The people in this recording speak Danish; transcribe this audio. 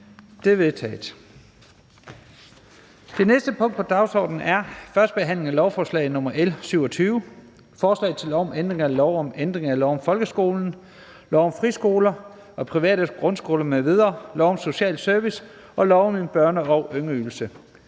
Det er vedtaget. --- Det næste punkt på dagsordenen er: 3) 1. behandling af lovforslag nr. L 27: Forslag til lov om ændring af lov om ændring af lov om folkeskolen, lov om friskoler og private grundskoler m.v., lov om social service og lov om en børne- og ungeydelse.